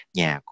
nhà